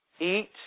eat